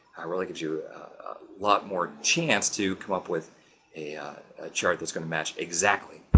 i really gives you a lot more chance to come up with a chart that's going to match exactly.